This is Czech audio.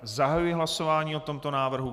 Zahajuji hlasování o tomto návrhu.